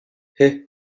heh